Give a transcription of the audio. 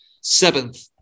seventh